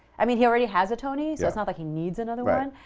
i mean he already has a tony, so it's not like he needs another one,